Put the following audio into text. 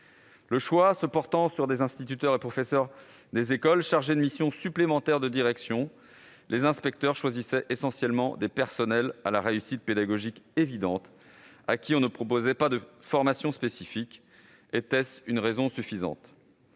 Le choix se portant sur des instituteurs et professeurs des écoles chargés d'une mission supplémentaire de direction, les inspecteurs choisissaient principalement des enseignants à la réussite pédagogique évidente, auxquels l'on ne proposait pas de formation spécifique ; était-ce une raison valable ?